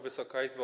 Wysoka Izbo!